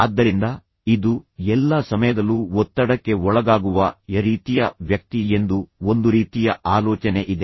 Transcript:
ಆದ್ದರಿಂದ ಇದು ಎಲ್ಲಾ ಸಮಯದಲ್ಲೂ ಒತ್ತಡಕ್ಕೆ ಒಳಗಾಗುವ ಎ ರೀತಿಯ ವ್ಯಕ್ತಿ ಎಂದು ಒಂದು ರೀತಿಯ ಆಲೋಚನೆ ಇದೆ